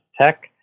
tech